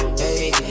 hey